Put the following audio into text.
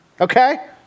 okay